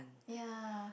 ya